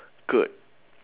good